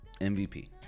MVP